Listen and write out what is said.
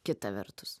kita vertus